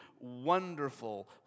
wonderful